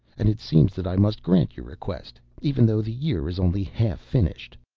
and it seems that i must grant your request even though the year is only half-finished.